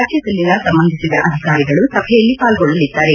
ರಾಜ್ಯದಲ್ಲಿನ ಸಂಬಂಧಿಸಿದ ಅಧಿಕಾರಿಗಳು ಸಭೆಯಲ್ಲಿ ಪಾಲ್ಗೊಳ್ಳಲಿದ್ದಾರೆ